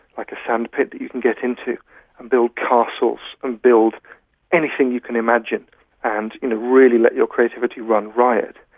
like a sandpit that you can get into and build castles and build anything you can imagine and you know really let your creativity run riot.